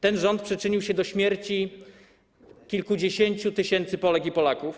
Ten rząd przyczynił się do śmierci kilkudziesięciu tysięcy Polek i Polaków.